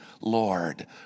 Lord